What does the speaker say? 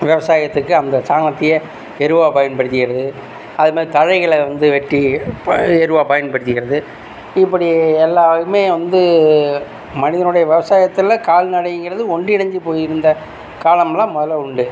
விவசாயத்துக்கு அந்த சாணத்தையே எருவாக பயன்படுத்திக்கிறது அதுமாதிரி தழைகளை வந்து வெட்டி இப்போ எருவாக பயன்படுத்திக்கிறது இப்படி எல்லாம் வந்து மனிதனுடைய விவசாயத்தில் கால்நடைங்கிறது ஒன்றிணைஞ்சு போய் இருந்த காலம்லாம் மொதலில் உண்டு